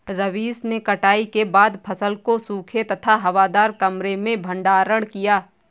रवीश ने कटाई के बाद फसल को सूखे तथा हवादार कमरे में भंडारण किया